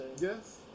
yes